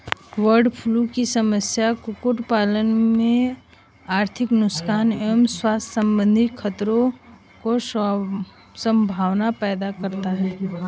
bird flu की समस्या कुक्कुट पालन में आर्थिक नुकसान एवं स्वास्थ्य सम्बन्धी खतरे की सम्भावना पैदा करती है